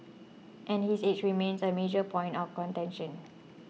and his age remains a major point of contention